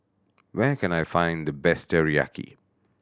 where can I find the best Teriyaki